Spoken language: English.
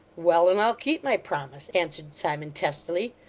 well, and i'll keep my promise answered simon, testily.